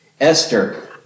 Esther